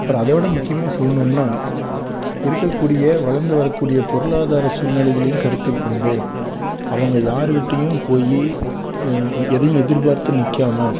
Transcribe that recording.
அப்புறம் அதோட முக்கியமாக சொல்லணுன்னா இருக்க கூடிய வளர்ந்து வர கூடிய பொருளாதார சூழ்நிலைகளையும் கருத்தில் கொண்டு அவங்க யாருக்கிட்டயும் போய் எதையும் எதிர் பார்த்து நிற்கமா